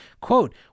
Quote